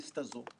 אל תיטעו: